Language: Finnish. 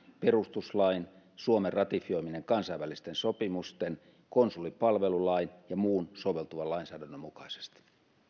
perustuslain suomen ratifioimien kansainvälisten sopimusten konsulipalvelulain ja muun soveltuvan lainsäädännön mukaisesti